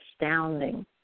astounding